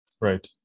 Right